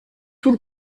tout